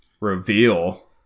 reveal